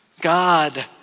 God